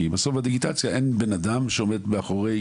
כי בסוף בדיגיטציה אין בן אדם שעומד מאחורי